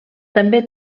també